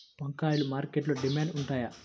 వంకాయలు మార్కెట్లో డిమాండ్ ఉంటాయా?